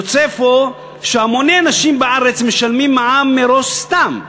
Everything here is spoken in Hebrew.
יוצא אפוא שהמוני אנשים בארץ משלמים מע"מ מראש סתם.